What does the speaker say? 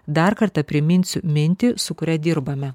dar kartą priminsiu mintį su kuria dirbame